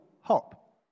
hop